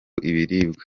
ibiribwa